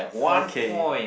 okay